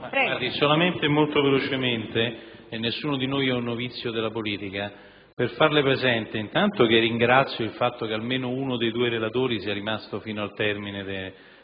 Prego,